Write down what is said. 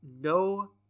no